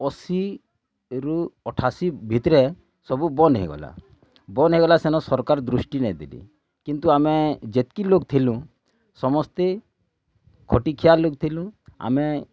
ଅଶୀରୁ ଅଠାଅଶୀ ଭିତରେ ସବୁ ବନ୍ଦ ହୋଇଗଲା ବନ୍ଦ ହୋଇଗଲା ସେନ ସରକାର୍ ଦୃଷ୍ଟି ନାଇଁ ଦେଲେ କିନ୍ତୁ ଆମେ ଯେତ୍କି ଲୋକ ଥିଲୁ ସମସ୍ତେ ଖଟି ଖିଆ ଲୋକ ଥିଲୁ ଆମେ